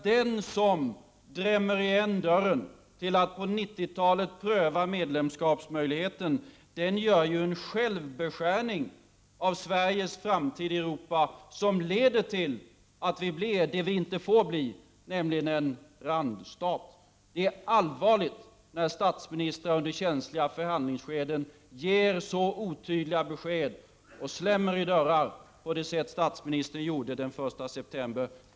Den som drämmer igen dörren till att på 90-talet pröva medlemskapsmöjligheten, den gör en självbeskärning av Sveriges framtid i Europa, som leder till att vi blir det vi inte får bli, nämligen en randstat. Det är allvarligt när statsministern under känsliga förhandlingsskeden ger så otydliga besked och drämmer igen dörrar på det sätt statsministern gjorde den 1 september.